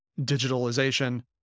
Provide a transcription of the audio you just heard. digitalization